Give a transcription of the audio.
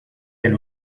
del